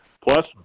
Plus